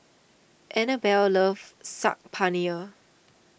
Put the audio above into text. Anabelle loves Saag Paneer